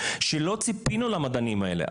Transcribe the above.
שלא ציפינו למדענים האלה,